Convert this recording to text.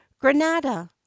Granada